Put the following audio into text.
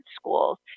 schools